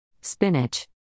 Spinach